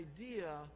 idea